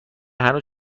هنوز